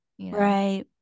Right